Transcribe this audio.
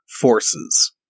forces